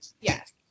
yes